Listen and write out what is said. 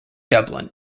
dublin